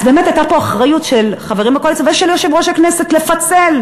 אז באמת הייתה כאן אחריות של חברים בקואליציה ושל יושב-ראש הכנסת לפצל.